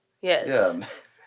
Yes